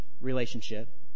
relationship